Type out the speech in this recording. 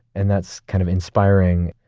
and that's kind of inspiring,